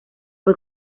fue